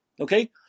Okay